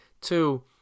Two